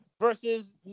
versus